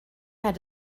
had